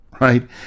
right